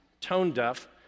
tone-deaf